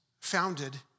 founded